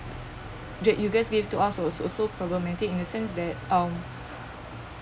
that you guys give to us was also problematic in the sense that um